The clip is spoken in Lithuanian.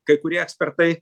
kai kurie ekspertai